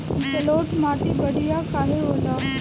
जलोड़ माटी बढ़िया काहे होला?